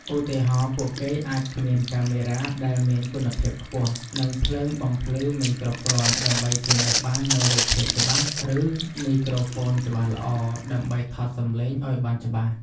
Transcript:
ឧទាហរណ៍ ពួកគេអាចគ្មានកាមេរ៉ាដែលមានគុណភាពខ្ពស់ និងភ្លើងបំភ្លឺមិនគ្រប់គ្រាន់ ដើម្បីធានាបាននូវរូបភាពច្បាស់ ឬ មីក្រូហ្វូនច្បាស់ល្អ ដើម្បីថតសំឡេងឲ្យបានច្បាស់។